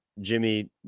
Jimmy